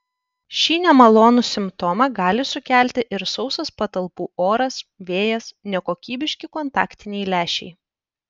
šį nemalonų simptomą gali sukelti ir sausas patalpų oras vėjas nekokybiški kontaktiniai lęšiai